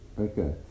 Okay